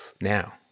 Now